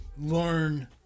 learn